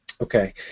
Okay